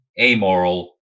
amoral